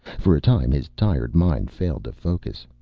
for a time his tired mind failed to focus.